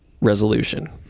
resolution